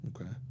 okay